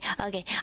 okay